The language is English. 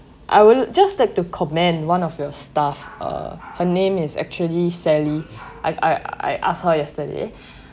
I will just stick to comment one of your staff uh her name is actually sally I I I asked her yesterday